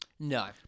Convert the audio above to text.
No